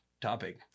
topic